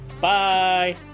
bye